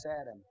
Adam